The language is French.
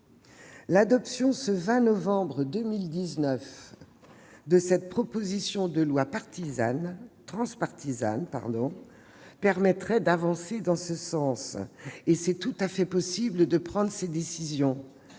L'adoption, ce 20 novembre 2019, de cette proposition de loi transpartisane permettrait d'avancer en ce sens. Il est tout à fait possible de prendre une telle décision.